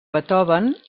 beethoven